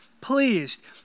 pleased